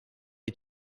des